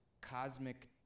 cosmic